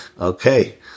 Okay